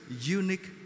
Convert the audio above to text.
unique